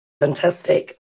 Fantastic